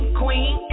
queen